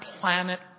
planet